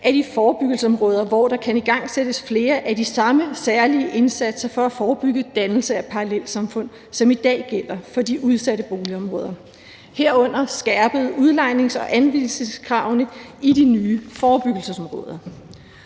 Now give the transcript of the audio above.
er de forebyggelsesområder, hvor der kan igangsættes flere af de samme særlige indsatser for at forebygge dannelse af parallelsamfund, som i dag gælder for de udsatte boligområder, herunder skærpede udlejnings- og anvisningskrav i de nye forebyggelsesområder.